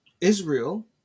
Israel